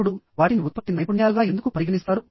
ఇప్పుడు వాటిని ఉత్పత్తి నైపుణ్యాలుగా ఎందుకు పరిగణిస్తారు